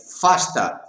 faster